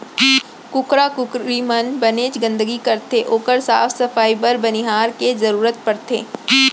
कुकरा कुकरी मन बनेच गंदगी करथे ओकर साफ सफई बर बनिहार के जरूरत परथे